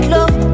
Love